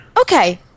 Okay